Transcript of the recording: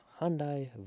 Hyundai